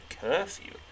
curfew